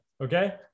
Okay